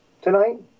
Tonight